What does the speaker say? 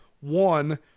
One